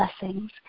blessings